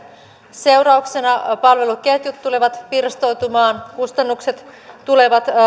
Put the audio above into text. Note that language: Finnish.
seurauksena palveluketjut tulevat pirstoutumaan kustannukset tulevat